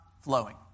flowing